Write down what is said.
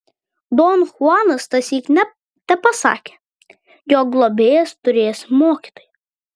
don chuanas tąsyk tepasakė jog globėjas turėjęs mokytoją